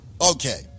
Okay